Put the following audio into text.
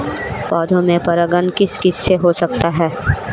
पौधों में परागण किस किससे हो सकता है?